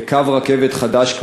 בקו רכבת חדש,